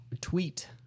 tweet